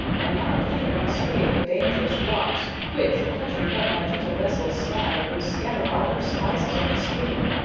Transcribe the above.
and not bethink me straight of dangerous rocks, which, touching but my gentle vessel's side, would scatter all her spices on the stream,